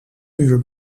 muur